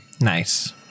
Nice